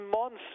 months